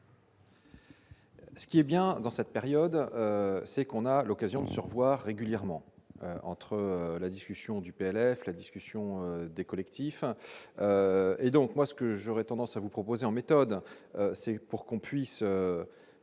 Ce qui est bien dans cette période c'est qu'on a l'occasion de se revoir régulièrement entre la discussion du PLF la discussion des collectifs et donc moi ce que j'aurais tendance à vous proposer en méthode c'est pour qu'on puisse